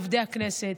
לעובדי הכנסת.